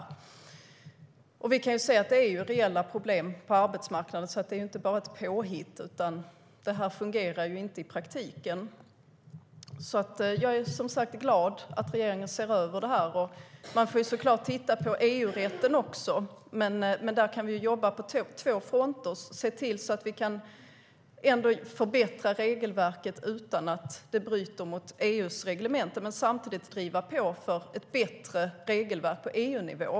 Vi kan se att det är reella problem på arbetsmarknaden, så det är inte bara ett påhitt. Det fungerar inte i praktiken. Jag är som sagt glad att regeringen ser över det här. Man får såklart titta på EU-rätten också, men där kan vi jobba på två fronter: se till att vi kan förbättra regelverket utan att det bryter mot EU:s reglemente men samtidigt driva på för ett bättre regelverk på EU-nivå.